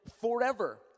forever